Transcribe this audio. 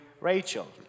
Rachel